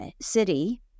city